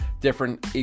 different